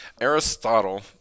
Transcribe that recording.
Aristotle